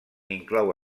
inclou